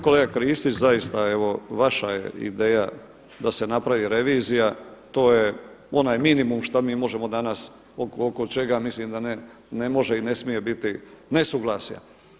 Kolega Kristić, zaista evo vaša je ideja da se napravi revizija, to je onaj minimum što mi možemo danas, oko čega mislim da ne može i ne smije biti nesuglasja.